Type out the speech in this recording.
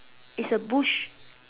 is a bush